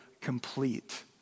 complete